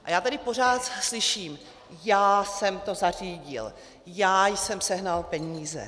A já tady pořád slyším: já jsem to zařídil, já jsem sehnal peníze .